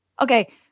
okay